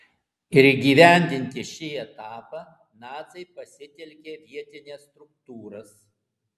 ir įgyvendinti šį etapą naciai pasitelkė vietines struktūras